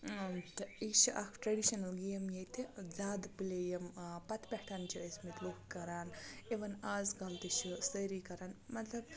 تہٕ یہِ چھِ اَکھ ٹرٛٮ۪ڈِشنَل گیم ییٚتہِ زیادٕ پٕلے یِم پَتہٕ پٮ۪ٹھ چھِ ٲسۍمٕتۍ لُکھ کَران اِوٕن آزکَل تہِ چھِ سٲری کَران مَطلَب